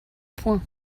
point